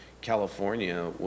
California